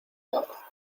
nada